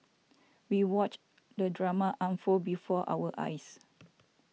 we watched the drama unfold before our eyes